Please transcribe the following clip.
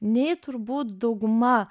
nei turbūt dauguma